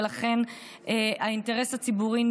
ולכן נפגעים האינטרס הציבורי,